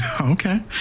Okay